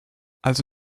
also